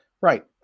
right